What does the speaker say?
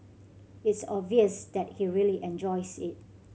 it's obvious that he really enjoys it